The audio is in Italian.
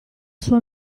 sua